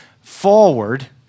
forward